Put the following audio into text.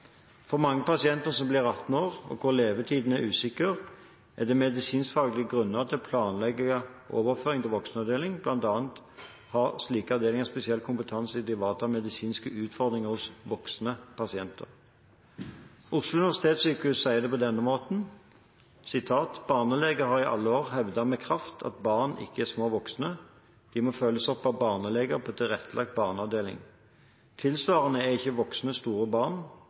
For mange pasienter som blir 18 år, og hvor levetiden er usikker, er det medisinskfaglige grunner til å planlegge overføring til voksenavdeling. Blant annet har slike avdelinger spesiell kompetanse til å ivareta medisinske utfordringer hos voksne pasienter. Oslo universitetssykehus sier det på denne måten: «Barneleger har i alle år hevdet med kraft at barn ikke er små voksne – de må følges opp av barneleger på tilrettelagt barneavdeling. Tilsvarende er ikke voksne store barn.